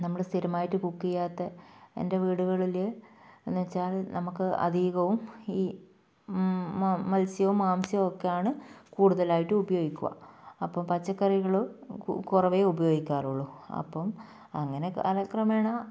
നമ്മൾ സ്ഥിരമായിട്ട് കുക്ക് ചെയ്യാത്ത എൻ്റെ വീടുകളിൽ എന്ന് വെച്ചാൽ നമുക്ക് അധികവും ഈ മത്സ്യവും മാംസവും ഒക്കെയാണ് കൂടുതലായിട്ട് ഉപയോഗിക്കുക അപ്പോൾ പച്ചക്കറികൾ കുറവേ ഉപയോഗിക്കാറുള്ളൂ അപ്പം അങ്ങനെ കാലക്രമേണ